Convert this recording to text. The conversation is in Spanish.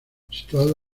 situado